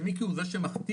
שמיקי הוא זה שמכתיב,